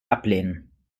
ablehnen